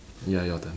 ya your turn